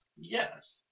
Yes